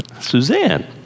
Suzanne